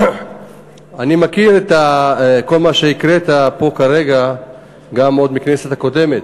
אני מכיר את כל מה שהקראת פה כרגע גם עוד מהכנסת הקודמת,